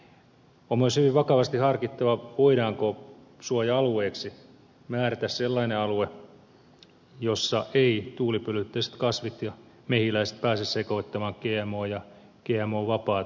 on myös hyvin vakavasti harkittava voidaanko suoja alueeksi määrätä sellainen alue jolla eivät tuulipölytteiset kasvit ja mehiläiset pääse sekoittamaan gmo viljelyä ja gmo vapaata viljelyä